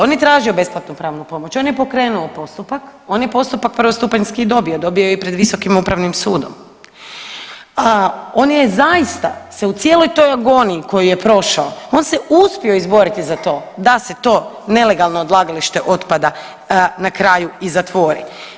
On je tražio besplatnu pravnu pomoć, on je pokrenuo postupak, on je postupak prvostupanjski dobio, dobio je i pred visokim upravnim sudom, on je zaista u cijeloj toj agoniji koju je prošao on se uspio izboriti za to da se to nelegalno odlagalište otpada na kraju i zatvori.